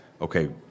okay